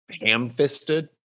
ham-fisted